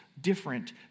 different